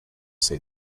see